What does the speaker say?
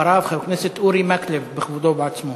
אחריו, חבר הכנסת אורי מקלב, בכבודו ובעצמו.